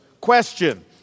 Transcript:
Question